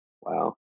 Wow